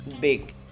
big